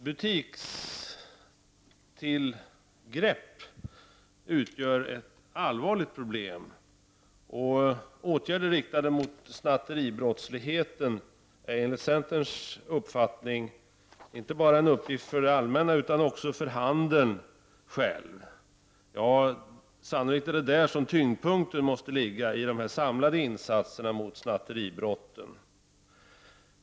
Butikstillgrepp utgör ett allvarligt problem. Åtgärder riktade mot snatteribrottslighet är enligt centerns uppfattning inte bara en uppgift för det allmänna utan också för handeln. Ja, sannolikt är det där som tyngdpunkten måste ligga för de samlade insatserna mot snatteribrotten.